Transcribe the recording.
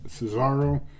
Cesaro